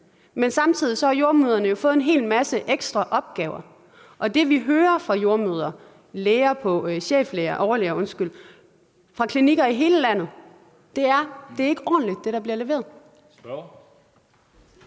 men samtidig har jordemødrene fået en hel masse ekstra opgaver, og det, vi hører fra jordemødre og overlæger fra klinikker i hele landet, er, at det, der bliver leveret,